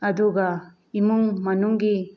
ꯑꯗꯨꯒ ꯏꯃꯨꯡ ꯃꯅꯨꯡꯒꯤ